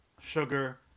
sugar